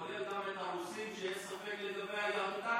זה כולל גם את הרוסים שיש ספק לגבי יהדותם?